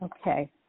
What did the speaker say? Okay